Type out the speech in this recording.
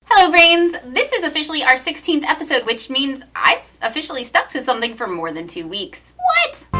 hello brains! this is officially our sixteenth episode which means i've officially stuck to something for more than two weeks. what?